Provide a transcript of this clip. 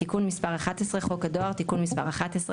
"תיקון מס' 11 חוק הדואר (תיקון מס' 11),